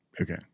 Okay